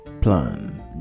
plan